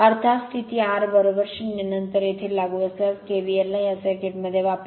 अर्थात स्थिती R 0 नंतर येथे लागू असल्यास KVL ला या सर्किटमध्ये वापरा